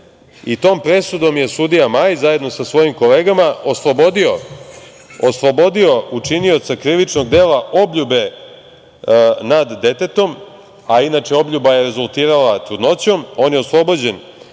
Tom presudom je sudija Majić, zajedno sa svojim kolegama oslobodio učinioca krivičnog dela obljube nad detetom, a inače obljuba je rezultirala trudnoćom. On je oslobođen